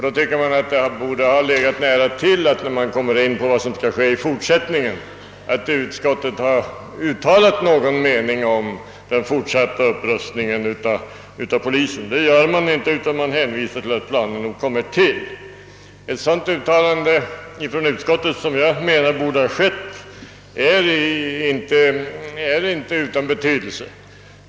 Då tycker man att det borde ha legat nära till hands att utskottet uttalat någon mening om den fortsatta upprustningen av polisen. Utskottet gör emellertid inte detta utan hänvisar endast till att planer nog kommer att utarbetas. Ett uttalande av det slag, som jag anser borde ha gjorts, är inte utan betydelse.